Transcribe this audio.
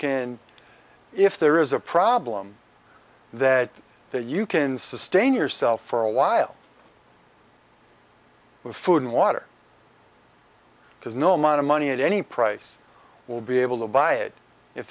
can if there is a problem that that you can sustain yourself for a while with food and water because no man of money at any price will be able to buy it if